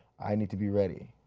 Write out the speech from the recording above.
i need to be ready.